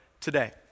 today